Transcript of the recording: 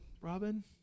Robin